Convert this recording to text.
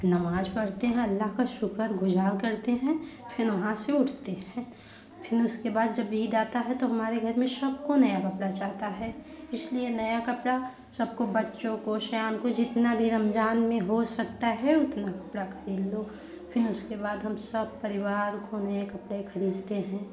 नमाज पढ़ते हैं अल्लाह का शुक्रगुजार करते हैं फिर वहाँ से उठते हैं फिर उसके बाद जब ईद आता है तो हमारे घर में सबको नया नया कपड़ा चाहता है इसलिए नया कपड़ा सबको बच्चों को सयान को जितना भी रमजान में हो सकता है उतना कपड़ा खरीद लो फिर उसके बाद हम सब परिवार को नए कपड़े खरीदते हैं